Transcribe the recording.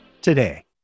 today